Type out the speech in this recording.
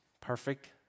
Perfect